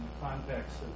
context